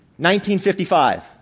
1955